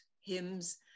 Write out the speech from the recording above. hymns